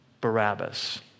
Barabbas